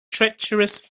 treacherous